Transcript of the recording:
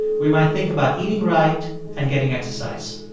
we might think about eating right and getting exercise.